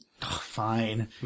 fine